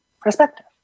Perspective